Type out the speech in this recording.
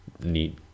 Neat